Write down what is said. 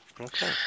Okay